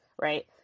right